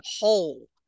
whole